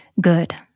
good